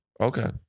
Okay